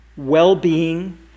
well-being